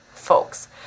folks